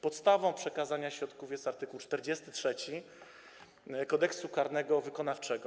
Podstawą przekazania środków jest art. 43 Kodeksu karnego wykonawczego.